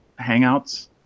Hangouts